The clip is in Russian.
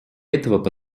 этого